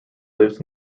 lives